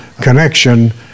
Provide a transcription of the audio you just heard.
connection